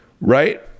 Right